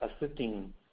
assisting